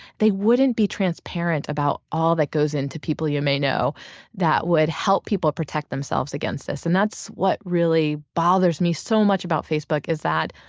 they wouldn't be transparent about all that goes into people you may know that would help people protect themselves against this. and that's what really bothers me so much about facebook is that,